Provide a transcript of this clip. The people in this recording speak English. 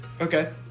Okay